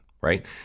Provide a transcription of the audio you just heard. right